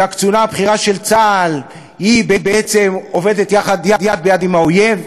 שהקצונה הבכירה של צה"ל עובדת יד ביד עם האויב,